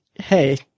Hey